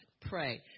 pray